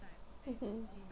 mmhmm